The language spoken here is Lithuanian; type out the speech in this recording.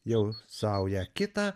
jau saują kitą